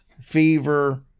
fever